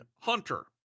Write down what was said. hunter